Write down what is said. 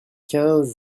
quinze